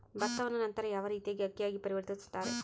ಭತ್ತವನ್ನ ನಂತರ ಯಾವ ರೇತಿಯಾಗಿ ಅಕ್ಕಿಯಾಗಿ ಪರಿವರ್ತಿಸುತ್ತಾರೆ?